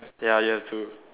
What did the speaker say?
ya ya true